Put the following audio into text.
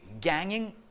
ganging